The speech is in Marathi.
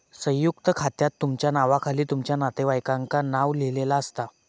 संयुक्त खात्यात तुमच्या नावाखाली तुमच्या नातेवाईकांचा नाव लिहिलेला असता